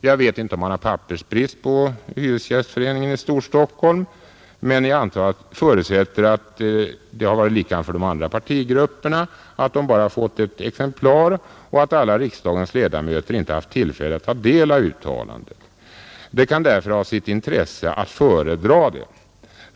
Jag vet inte om det råder pappersbrist hos Hyresgästföreningen i Stor-Stockholm, men jag förutsätter att de övriga partigrupperna också har fått bara var sitt exemplar och att alla riksdagens ledamöter inte haft tillfälle att ta del av uttalandet. Det kan därför ha sitt intresse att det föredras.